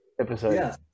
episode